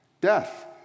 death